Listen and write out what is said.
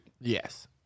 Yes